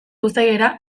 uztailera